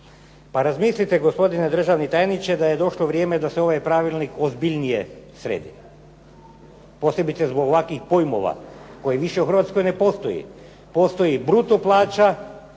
Pa razmislite gospodine državni tajniče da je došlo vrijeme da se ovaj pravilnik ozbiljnije sredi. Posebice zbog ovakvih pojmova koji više u Hrvatskoj više ne postoji. Postoji bruto plaća,